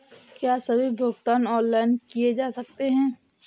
क्या सभी भुगतान ऑनलाइन किए जा सकते हैं?